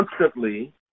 constantly